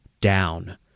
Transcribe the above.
down